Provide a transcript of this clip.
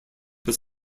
was